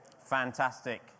Fantastic